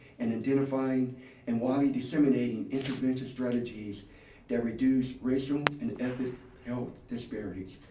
and identifying and widely disseminating intervention strategies that reduce racial and ethnic health disparities.